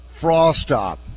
Frostop